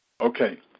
Okay